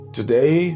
Today